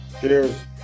Cheers